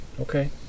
Okay